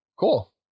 Cool